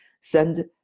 send